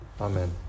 Amen